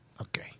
Okay